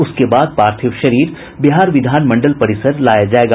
उसके बाद पार्थिव शरीर बिहार विधान मंडल परिसर लाया जायेगा